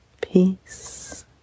peace